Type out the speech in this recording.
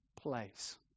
place